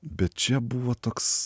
bet čia buvo toks